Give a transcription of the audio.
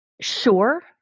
Sure